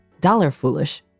dollar-foolish